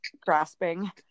Grasping